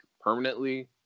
permanently